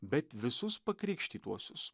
bet visus pakrikštytuosius